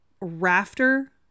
rafter